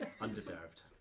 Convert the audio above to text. undeserved